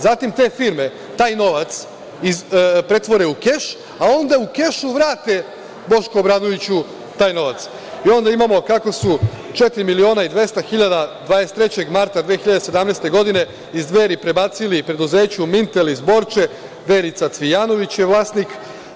Zatim, te firme taj novac pretvore u keš, a onda u kešu vrate Bošku Obradoviću taj novac i onda imamo kako su četiri miliona i 200 hiljada 23. marta 2017. godine iz Dveri prebacili preduzeću „Mintel“ iz Borče, Verica Cvijanović je vlasnik.